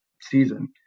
season